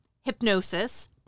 hypnosis